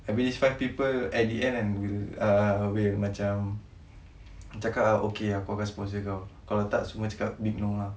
I mean these five people at the end will uh will macam cakap ah okay aku akan sponsor kau kalau tak semua cakap big no ah